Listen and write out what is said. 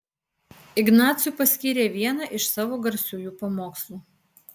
ignacui paskyrė vieną iš savo garsiųjų pamokslų